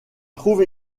trouve